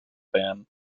band